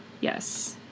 yes